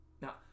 Now